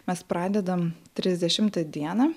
mes pradedam trisdešimtą dieną